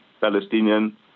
Palestinian